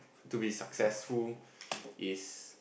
to be successful is